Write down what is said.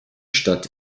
stadt